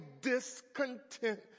discontent